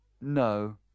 No